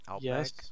Yes